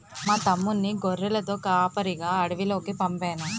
మా తమ్ముణ్ణి గొర్రెలతో కాపరిగా అడవిలోకి పంపేను